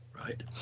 Right